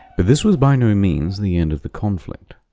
but this was by no means the end of the conflict.